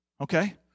Okay